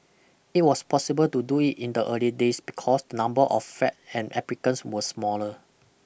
it was possible to do it in the early days because the number of flats and applicants were smaller